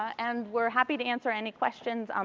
and we are happy to answer any questions, um